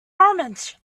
omens